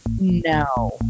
No